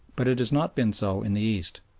but it has not been so in the east.